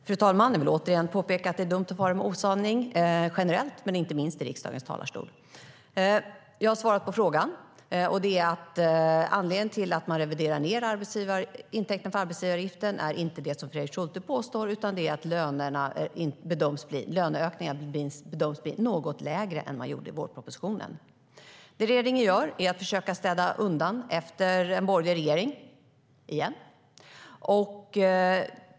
Fru talman! Jag vill återigen påpeka att det är dumt att fara med osanning generellt och särskilt i riksdagens talarstol. Jag har svarat på frågan. Anledningen till att man reviderar ned intäkten för arbetsgivaravgiften är inte det som Fredrik Schulte påstår, utan det är att löneökningarna bedöms bli något lägre än man bedömde i vårpropositionen. Regeringen försöker städa undan efter en borgerlig regering - igen.